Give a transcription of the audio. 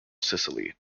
sicily